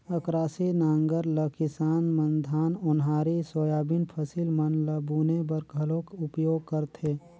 अकरासी नांगर ल किसान मन धान, ओन्हारी, सोयाबीन फसिल मन ल बुने बर घलो उपियोग करथे